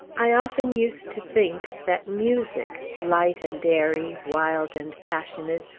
i often used to think that music light and airy, wild and passionate,